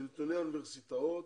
מנתוני האוניברסיטאות,